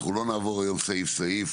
אנחנו לא נעבור היום סעיף סעיף,